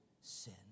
sin